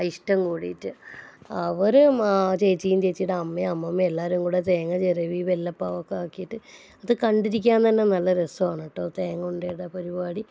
ആ ഇഷ്ടം കൂടിയിട്ട് അവരും ആ ചേച്ചിയും ചേച്ചിയുടെ അമ്മയും അമ്മൂമ്മയും എല്ലാവരും കൂടെ തേങ്ങ ചിരവി വെള്ളപ്പാവൊക്കെ ആക്കിയിട്ട് അത് കണ്ടിരിക്കാൻ തന്നെ നല്ല രസമാണ് കേട്ടോ തേങ്ങ ഉണ്ടയുടെ പരിപാടി